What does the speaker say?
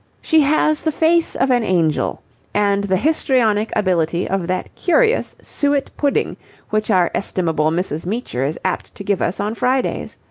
she has the face of an angel and the histrionic ability of that curious suet pudding which our estimable mrs. meecher is apt to give us on fridays.